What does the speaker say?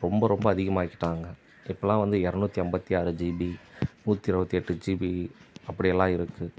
ரொம்ப ரொம்ப அதிகமாக்கிட்டாங்க இப்போல்லாம் வந்து இருநூத்தி ஐம்பத்தி ஆறு ஜிபி நூற்றி இருபத்தி எட்டு ஜிபி அப்படியெல்லாம் இருக்குது